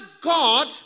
God